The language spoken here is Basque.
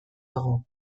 dago